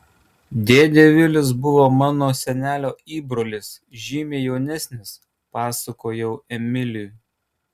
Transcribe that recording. dėdė vilis buvo mano senelio įbrolis žymiai jaunesnis pasakojau emiliui